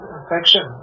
affection